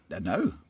no